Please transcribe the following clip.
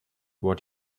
what